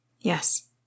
Yes